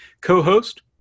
co-host